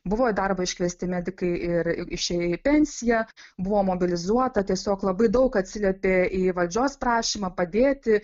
buvo į darbą iškviesti medikai ir išėję į pensiją buvo mobilizuota tiesiog labai daug atsiliepė į valdžios prašymą padėti